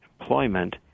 employment